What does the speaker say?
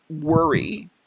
worry